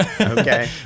okay